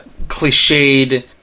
cliched